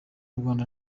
rwanda